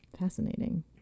fascinating